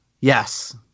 yes